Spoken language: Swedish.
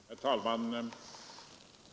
Herr talman!